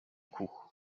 coup